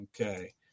Okay